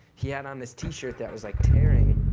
he had on this t-shirt that was like tearing,